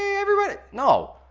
yeah everybody no,